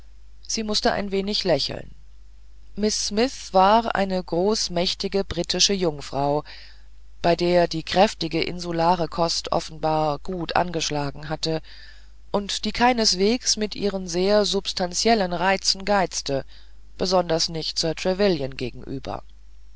sie mußte ein wenig lächeln miß smith war eine großmächtige britische jungfrau bei der die kräftige insulare kost offenbar gut angeschlagen hatte und die keineswegs mit ihren sehr substantiellen reizen geizte besonders nicht sir trevelyan gegenüber